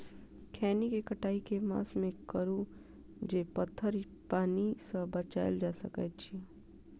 खैनी केँ कटाई केँ मास मे करू जे पथर पानि सँ बचाएल जा सकय अछि?